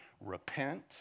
Repent